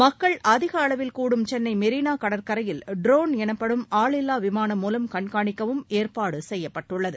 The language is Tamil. மக்கள் அதிக அளவில் கூடும் சென்னை மெரினா கடற்கரையில் ட்ரோன் எனப்படும் ஆளில்வா விமானம் மூலம் கண்காணிக்கவும் ஏற்பாடு செய்யப்பட்டுள்ளது